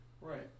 Right